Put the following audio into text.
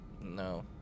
No